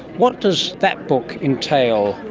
what does that book entail,